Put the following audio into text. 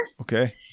Okay